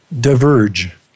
diverge